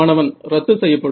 மாணவன் ரத்து செய்யப்படும்